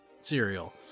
cereal